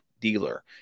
dealer